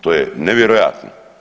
To je nevjerojatno.